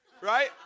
Right